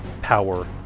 power